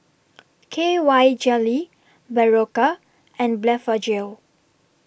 K Y Jelly Berocca and Blephagel